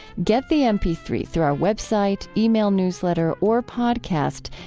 get the m p three through our web site, yeah e-mail newsletter or podcast,